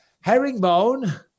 Herringbone